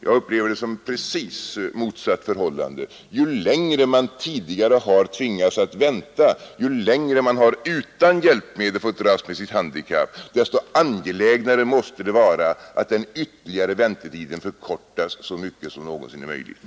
Jag tycker det är precis tvärtom; ju längre man tidigare har tvingats vänta, ju längre man utan hjälpmedel fått dras med sitt handikapp, desto angelägnare måste det vara att den ytterligare väntetiden förkortas så mycket som någonsin är möjligt.